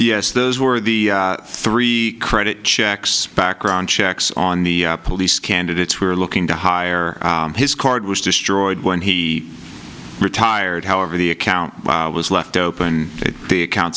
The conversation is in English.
yes those were the three credit checks background checks on the police candidates were looking to hire his card was destroyed when he retired however the account was left open the account